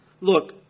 look